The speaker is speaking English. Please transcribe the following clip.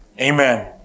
Amen